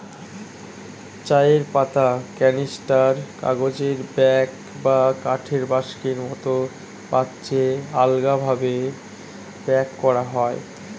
চায়ের পাতা ক্যানিস্টার, কাগজের ব্যাগ বা কাঠের বাক্সের মতো পাত্রে আলগাভাবে প্যাক করা হয়